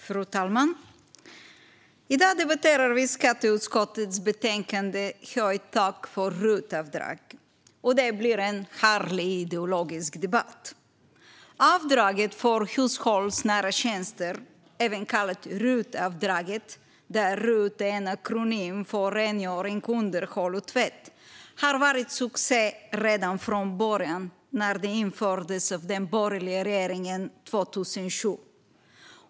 Fru talman! I dag debatterar vi skatteutskottets betänkande Höjt tak för RUT-avdrag . Det blir en härlig ideologisk debatt! Avdraget för hushållsnära tjänster - även kallat RUT-avdraget, där RUT är en akronym för rengöring, underhåll och tvätt - har varit en succé redan från början när det infördes av den borgerliga regeringen 2007.